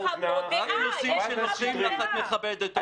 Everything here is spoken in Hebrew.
רק נושאים שנוחים לך את מכבדת אותי.